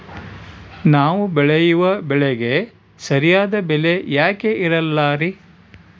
ನಾವು ಬೆಳೆಯುವ ಬೆಳೆಗೆ ಸರಿಯಾದ ಬೆಲೆ ಯಾಕೆ ಇರಲ್ಲಾರಿ?